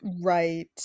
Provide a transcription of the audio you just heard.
right